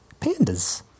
pandas